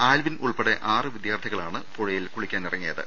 Alvin ഉൾപ്പെടെ ആറ് വിദ്യാർഥി കളാണ് പുഴയിൽ കുളിക്കാനിറങ്ങിയത്